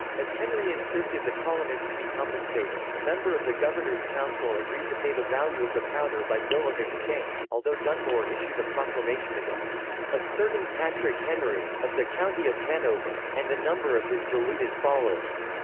as henry insisted the colonists be compensated, a member of the governor's council agreed to pay the value of the powder by bill of exchange although dunmore issued a proclamation against a certain patrick henry, of the county of hanover, and a number of his deluded followers,